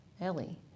Ellie